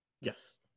Yes